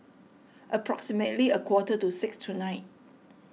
approximately a quarter to six tonight